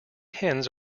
hens